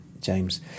James